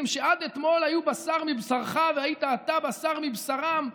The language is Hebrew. שעד אתמול היו בשר מבשרך והיית אתה בשר מבשרם.